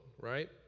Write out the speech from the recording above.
right